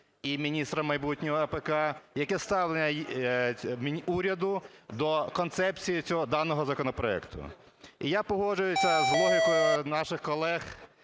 і міністра майбутнього АПК, яке ставлення уряду до концепції даного законопроекту. І я погоджуюся з логікою наших колег